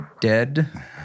dead